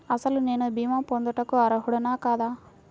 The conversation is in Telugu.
అసలు నేను భీమా పొందుటకు అర్హుడన కాదా?